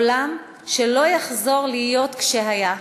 עולם שלא יחזור להיות כשהיה,